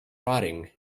rotting